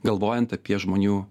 galvojant apie žmonių